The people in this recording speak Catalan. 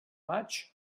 maig